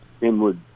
inward